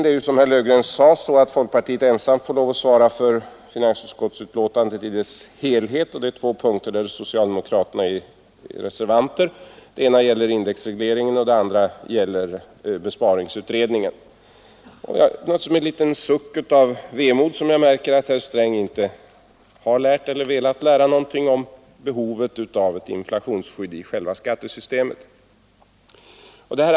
Såsom Nr 97 herr Löfgren sade får folkpartiet ensamt svara för finansutskottets betänkande i dess helhet. På två punkter har socialdemokraterna 31 maj 1974 reserverat sig. Den ena gäller indexregleringen och den andra besparings Det är naturligtvis med en suck av vemod som jag märker att herr Sträng inte har lärt eller velat lära någonting om behovet av ett inflationsskydd i själva skattesystemet.